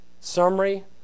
summary